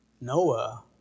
Noah